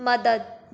मदद